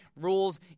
rules